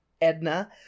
Edna